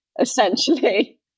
essentially